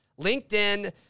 LinkedIn